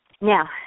Now